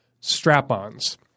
Strap-ons